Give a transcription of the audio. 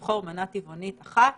ולבחור מנה טבעונית אחת